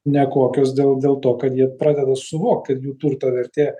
nekokios dėl dėl to kad jie pradeda suvokt kad jų turto vertė